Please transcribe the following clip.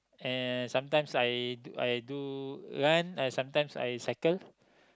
and sometimes I do I do run and sometimes I cycle